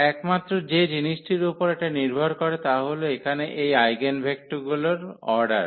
একমাত্র যে জিনিসটির উপর এটা নির্ভর করে তা হল এখানে এই আইগেনভেক্টরগুলির অর্ডার